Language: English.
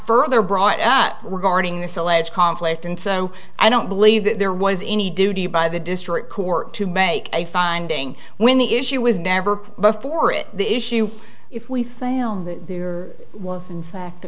further brought up were guarding this alleged conflict and so i don't believe that there was any duty by the district court to make a finding when the issue was never before it the issue if we found that there was in fact